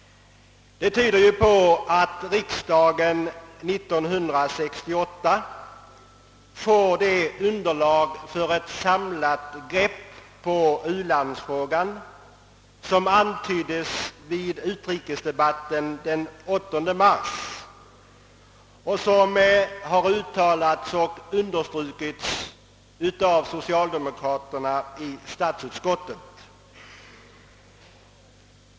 Det tyder på att riksdagen 1968 kommer att få det underlag för ett samlat grepp på u-landsfrågan, som antyddes vid utrikesdebatten den 8 mars i år och som har uttalats och understrukits av socialdemokraterna i statsutskottet.